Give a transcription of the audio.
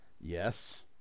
Yes